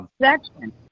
Section